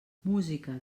música